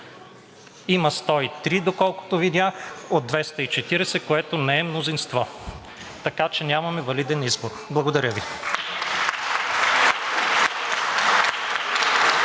Има 103, доколкото видях, от 240, което не е мнозинство, така че нямаме валиден избор. Благодаря Ви.